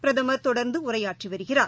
பிரதமர் தொடர்ந்துஉரையாற்றிவருகிறார்